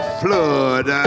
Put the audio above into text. flood